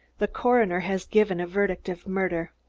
the coroner has given a verdict of murder.